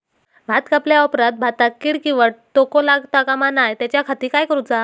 भात कापल्या ऑप्रात भाताक कीड किंवा तोको लगता काम नाय त्याच्या खाती काय करुचा?